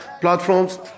platforms